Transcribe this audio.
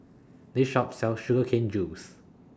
This Shop sells Sugar Cane Juice